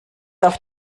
auf